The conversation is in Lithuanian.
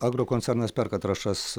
agrokoncernas perka trąšas